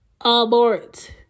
Abort